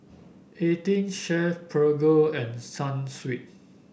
Eighteen Chef Prego and Sunsweet